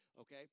okay